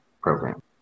program